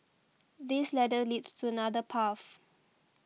this ladder leads to another path